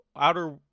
outer